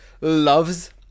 loves